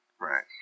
Right